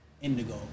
Indigo